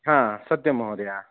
सत्यं महोदय